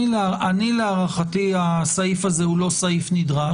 להערכתי הסעיף הזה לא נדרש.